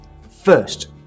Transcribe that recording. First